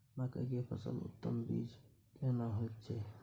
मकई के सबसे उन्नत बीज केना होयत छै?